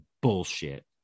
bullshit